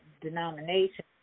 denomination